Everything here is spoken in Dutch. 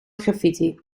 graffiti